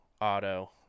auto